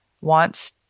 wants